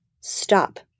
stop